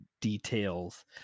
details